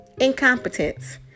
incompetence